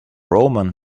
roman